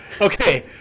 Okay